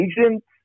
agents